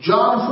John